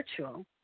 virtual